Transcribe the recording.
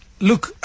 Look